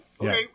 okay